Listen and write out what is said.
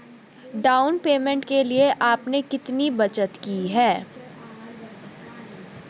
Down payment के लिए आपने कितनी बचत की है?